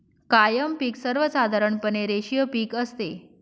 कायम पिक सर्वसाधारणपणे रेषीय पिक असते